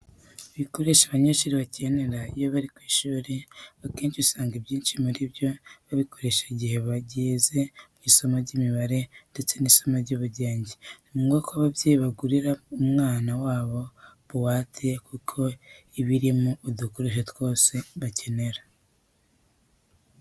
Ibikoresho abanyeshuri bakenera iyo bari ku ishuri akenshi usanga ibyinshi muri byo babikoresha igihe bageze mu isomo ry'imibare ndetse n'isomo ry'ubugenge. Ni ngombwa ko ababyeyi bagurira umwana wabo buwate kuko iba irimo udukoresho twose bakoresha.